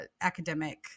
academic